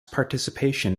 participation